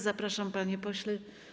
Zapraszam, panie pośle.